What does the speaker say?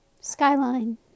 skyline